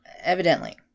Evidently